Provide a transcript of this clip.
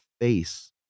face